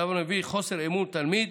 הדבר מביע חוסר אמון בתלמיד,